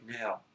now